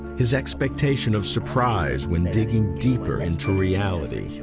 his expectation of surprise when digging deeper into reality,